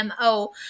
MO